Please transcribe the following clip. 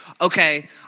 okay